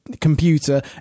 computer